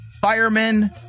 firemen